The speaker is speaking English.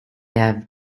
have